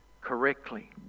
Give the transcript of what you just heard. correctly